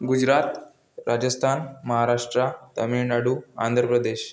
Gujarat Rajasthan Maharashtra Tamil Nadu Andhra Pradesh